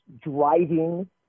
driving